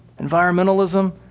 environmentalism